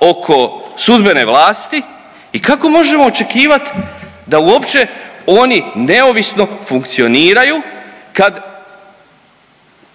oko sudbene vlasti i kako možemo očekivat da uopće oni neovisno funkcioniraju kad,